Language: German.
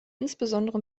insbesondere